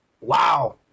wow